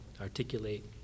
articulate